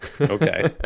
Okay